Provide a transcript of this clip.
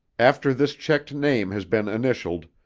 after this checked name has been initialled,